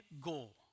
goal